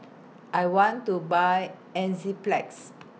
I want to Buy Enzyplex